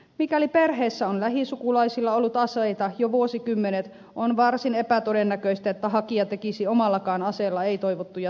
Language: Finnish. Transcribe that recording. mikäli perheessä on lähisukulaisilla ollut aseita jo vuosikymmenet on varsin epätodennäköistä että hakija tekisi omallakaan aseella ei toivottuja tekoja